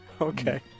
Okay